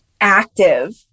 active